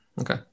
okay